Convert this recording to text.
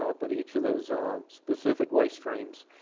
ah but each of those specific waste streams